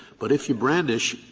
but if you brandish,